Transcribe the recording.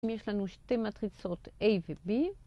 יש לנו שתי מטריצות A ו-B.